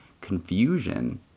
confusion